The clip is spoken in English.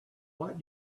what